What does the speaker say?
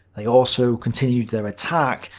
they also continued their attack,